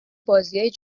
بازیای